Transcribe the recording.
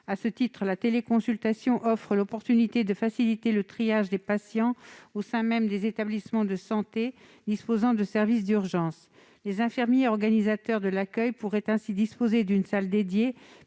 À ce titre, la téléconsultation offre l'occasion de faciliter le triage des patients au sein même des établissements de santé disposant de services d'urgence. Les infirmiers organisateurs de l'accueil pourraient ainsi disposer d'une salle